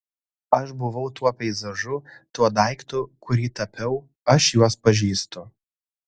aš buvau tuo peizažu tuo daiktu kurį tapiau aš juos pažįstu